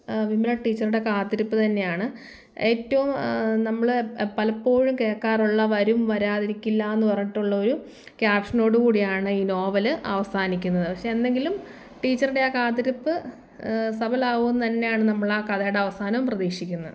വിമല ടീച്ചറുടെ കാത്തിരിപ്പ് തന്നെയാണ് ഏറ്റവും നമ്മൾ പലപ്പോഴും കേൾക്കാറുള്ള വരും വരാതിരിക്കില്ല എന്ന് പറഞ്ഞിട്ടുള്ളൊരു ക്യാപ്ഷനോട് കൂടിയാണ് ഈ നോവൽ അവസാനിക്കുന്നത് പക്ഷേ എന്നെങ്കിലും ടീച്ചറുടെ ആ കാത്തിരിപ്പ് സഫലമാവുമെന്നുതന്നെയാണ് നമ്മൾ ആ കഥയുടെ അവസാനം പ്രതീക്ഷിക്കുന്നത്